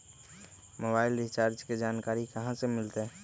Mobile recharge के जानकारी कहा से मिलतै?